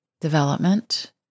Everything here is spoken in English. development